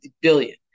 billion